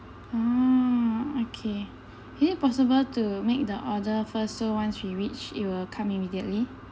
oh okay is it possible to make the order first so once we reach it will come immediately